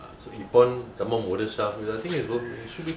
so Epon somemore model shaft I think it's worth eh should be